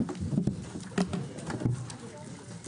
הישיבה נעולה.